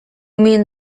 mean